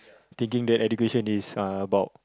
thinking that education is about